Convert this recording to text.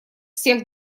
всех